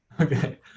Okay